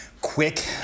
quick